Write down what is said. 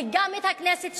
וגם הכנסת,